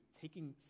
taking